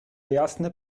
jasny